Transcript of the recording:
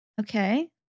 Okay